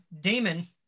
Damon